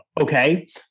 Okay